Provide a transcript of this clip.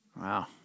Wow